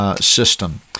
system